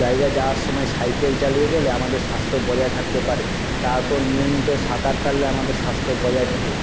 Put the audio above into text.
জায়গায় যাওয়ার সময় সাইকেল চালিয়ে গেলে আমাদের স্বাস্থ্য বজায় থাকতে পারে তারপর নিয়মিত সাঁতার কাটলে আমাদের স্বাস্থ্য বজায় থাকে